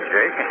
Jake